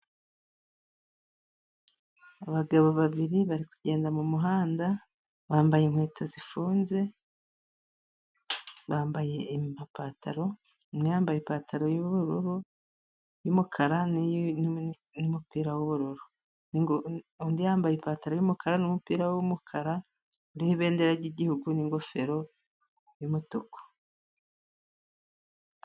Abagabo babiri bari kugenda mu muhanda bambaye inkweto zifunze. Bambaye amapantaro, umwe yambaye ipantaro y'ubururu n'umukara n'umupira w'ubururu, undi yambaye ipantaro y'umukara n'umupira w'umukara uriho ibendera ry'igihugu , n'ingofero y'umutuku.